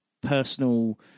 personal